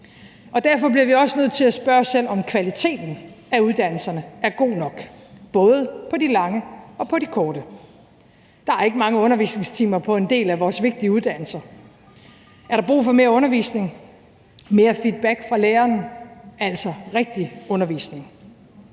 og derfor bliver vi også nødt til at spørge os selv, om kvaliteten i vores uddannelser – både de lange og de korte – er god nok. Der er ikke mange undervisningstimer på en del af vores vigtige uddannelser, og er der brug for mere undervisning, mere feedback fra læreren, altså rigtig undervisning?